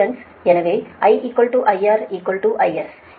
எனவே I IR IS